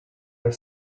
your